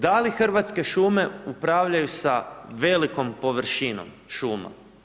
Da li Hrvatske šume upravljaju sa velikom površinom šuma?